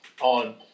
on